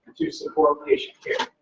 to support patient care.